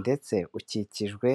ndetse ukikijwe.....